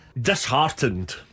Disheartened